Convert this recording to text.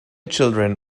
children